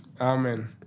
Amen